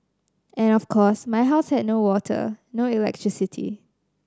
and of course my house had no water no electricity